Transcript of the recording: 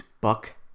Buck